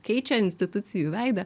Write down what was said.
keičia institucijų veidą